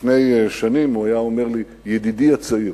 לפני שנים הוא היה פותח ואומר לי "ידידי הצעיר",